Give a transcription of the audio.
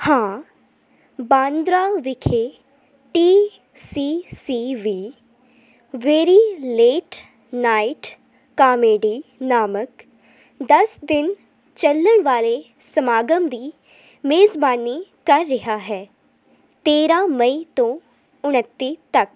ਹਾਂ ਬਾਂਦਰਾ ਵਿਖੇ T C C ਵੀ ਵੇਰੀ ਲੇਟ ਨਾਈਟ ਕਾਮੇਡੀ ਨਾਮਕ ਦਸ ਦਿਨ ਚੱਲਣ ਵਾਲੇ ਸਮਾਗਮ ਦੀ ਮੇਜ਼ਬਾਨੀ ਕਰ ਰਿਹਾ ਹੈ ਤੇਰ੍ਹਾਂ ਮਈ ਤੋਂ ਉਨੱਤੀ ਤੱਕ